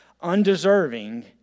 undeserving